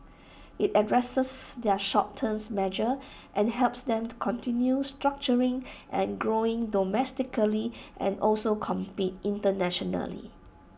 IT addresses their short terms measures and helps them to continue structuring and growing domestically and also compete internationally